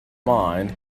mind